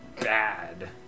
bad